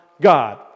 God